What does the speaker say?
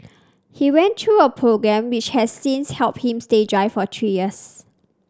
he went through a programme which has since helped him stay dry for three years